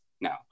now